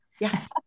Yes